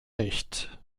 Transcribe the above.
nicht